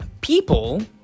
people